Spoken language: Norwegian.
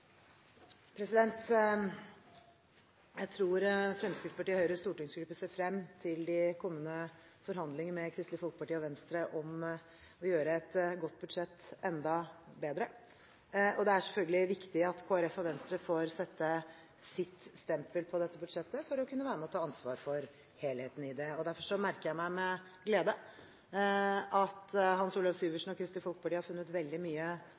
ører. Jeg tror Fremskrittspartiets og Høyres stortingsgrupper ser frem til de kommende forhandlinger med Kristelig Folkeparti og Venstre om å gjøre et godt budsjett enda bedre, og det er selvfølgelig viktig at Kristelig Folkeparti og Venstre får sette sitt stempel på dette budsjettet for å kunne være med og ta ansvar for helheten i det. Derfor merker jeg meg med glede at Hans Olav Syversen og Kristelig Folkeparti har funnet veldig mye